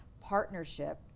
partnership